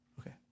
Okay